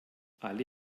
alle